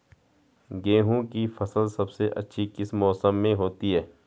गेहूँ की फसल सबसे अच्छी किस मौसम में होती है